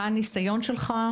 מה הניסיון שלו,